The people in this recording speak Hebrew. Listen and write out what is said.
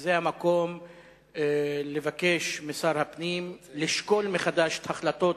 זה המקום לבקש משר הפנים לשקול מחדש את החלטות